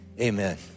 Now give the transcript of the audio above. amen